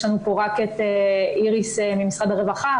יש לנו פה רק את איריס ממשרד הרווחה,